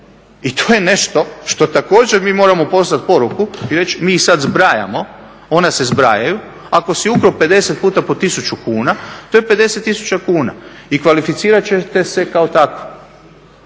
I to je nešto što također mi moramo poslat poruku i reći mi sad zbrajamo, ona se zbrajaju. Ako si ukrao 50 puta po 1000 kuna to je 50 000 kuna i kvalificirat će se kao tako.